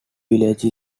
village